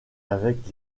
avec